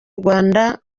rwanda